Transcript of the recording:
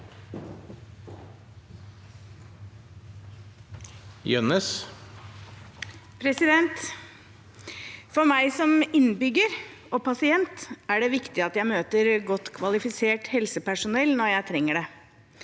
For meg som inn- bygger og pasient er det viktig at jeg møter godt kvalifisert helsepersonell når jeg trenger det.